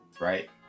right